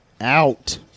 out